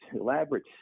elaborate